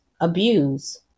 abuse